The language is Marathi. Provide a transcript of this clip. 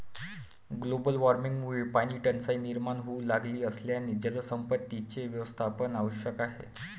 ग्लोबल वॉर्मिंगमुळे पाणीटंचाई निर्माण होऊ लागली असल्याने जलसंपत्तीचे व्यवस्थापन आवश्यक आहे